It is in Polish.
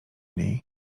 niej